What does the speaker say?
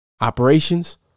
Operations